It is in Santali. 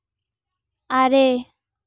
ᱟᱨᱮ